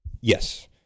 Yes